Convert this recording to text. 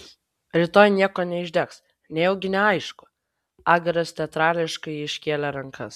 rytoj nieko neišdegs nejaugi neaišku agaras teatrališkai iškėlė rankas